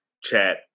chat